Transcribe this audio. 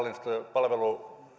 palvelujen